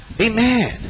Amen